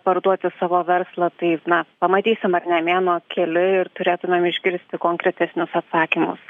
parduoti savo verslą tai na pamatysim ar ne mėnuo keli ir turėtumėm išgirsti konkretesnius atsakymus